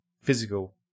physical